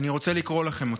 ואני רוצה לקרוא לכם אותו.